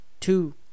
two